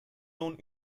nun